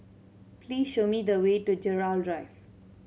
please show me the way to Gerald Drive